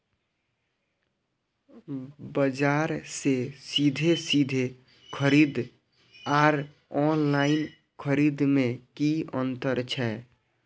बजार से सीधे सीधे खरीद आर ऑनलाइन खरीद में की अंतर छै?